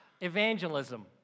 evangelism